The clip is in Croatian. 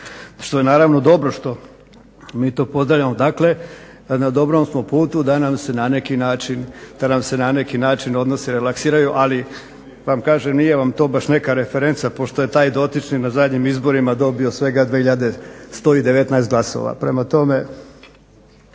što je naravno dobro što mi to pozdravljamo. Dakle, na dobrom smo putu da nam se na neki način odnosi relaksiraju. Ali vam kažem, nije vam to baš neka referenca pošto je taj dotični na zadnjim izborima dobio svega 2119 glasova.